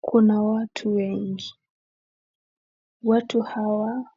Kuna watu wengi, watu hawa,